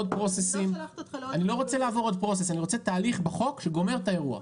אני רוצה תהליך בחוק שגומר את האירוע.